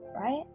Right